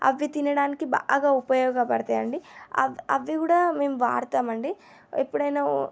అవి తినడానికి బాగా ఉపయోగపడతాయండి అవి అవి కూడా మేము వాడతామండి ఎప్పుడైనా ఓ